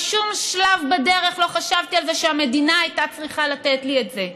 בשום שלב בדרך לא חשבתי על זה שהמדינה הייתה צריכה לתת לי את זה,